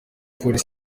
polisi